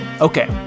Okay